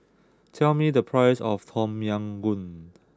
tell me the price of Tom Yam Goong